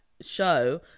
show